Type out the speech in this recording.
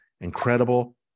incredible